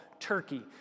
Turkey